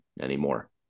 anymore